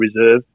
reserve